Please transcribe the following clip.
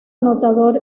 anotador